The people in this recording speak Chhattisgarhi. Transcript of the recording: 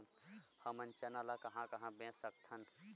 हमन चना ल कहां कहा बेच सकथन?